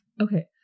Okay